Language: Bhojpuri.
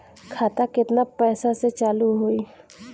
खाता केतना पैसा से चालु होई?